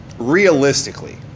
realistically